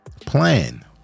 Plan